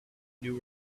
knew